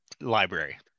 library